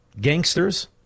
gangsters